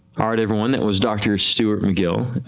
all right everyone that was doctor stuart mcgill,